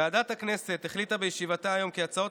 ועדת הכנסת החליטה בישיבתה היום כי הצעות